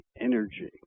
energy